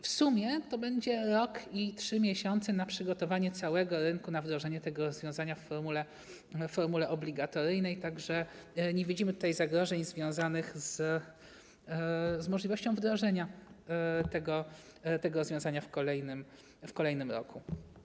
W sumie będzie rok i 3 miesiące na przygotowanie całego rynku na wdrożenie tego rozwiązania w formule obligatoryjnej, tak że nie widzimy tutaj zagrożeń związanych z możliwością wdrożenia tego rozwiązania w kolejnym roku.